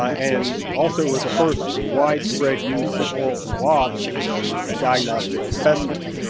ah and also it was the first widespread use of oral swabs as a as a diagnostic specimen.